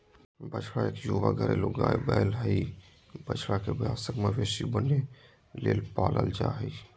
बछड़ा इक युवा घरेलू गाय या बैल हई, बछड़ा के वयस्क मवेशी बने के लेल पालल जा हई